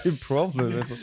problem